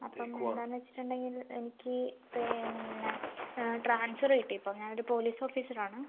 അപ്പം എന്താന്ന് വെച്ചിട്ട് ഉണ്ടെങ്കിൽ എനിക്ക് പിന്നെ പോലീസ് ഓഫീസറാണ്